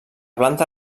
planta